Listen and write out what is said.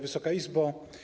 Wysoka Izbo!